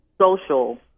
social